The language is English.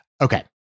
Okay